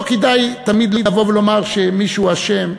לא כדאי תמיד לבוא ולומר שמישהו אשם,